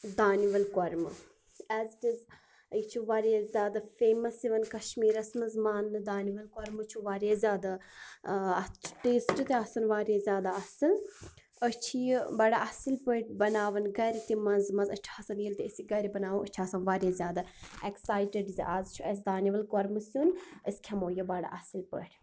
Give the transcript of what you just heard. دانہ ول کوٚرمہ ایز اِٹ اِز یہِ چھِ واریاہ زیادٕ فیمَس یوان کشمیٖرَس مَنٛز ماننہٕ دانہ ول کوٚرمہ چھُ واریاہ زیادٕ ٹیسٹ تہِ آسان واریاہ زیادٕ اصل أسۍ چھِ یہِ بَڑٕ اصل پٲٹھۍ بناوان گَرٕ تہ مَنٛز مَنٛز أسۍ چھِ آسان ییٚلہِ تہِ أسۍ یہِ گَرٕ بناوو أسۍ چھِ آسان واریاہ زیادٕ ایٚکسایٹِڈ زِ آز چھُ اسہ دانہ ول کوٚرمہ سیُن أسۍ کھیٚمو یہِ بَڑٕ اصل پٲٹھۍ